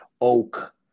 oak